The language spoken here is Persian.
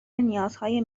نیازهای